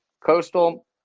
Coastal